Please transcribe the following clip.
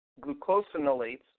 glucosinolates